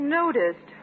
noticed